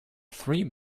three